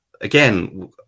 again